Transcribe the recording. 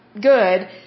good